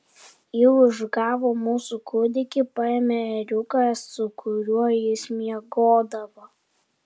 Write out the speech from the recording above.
ji užgavo mūsų kūdikį paėmė ėriuką su kuriuo jis miegodavo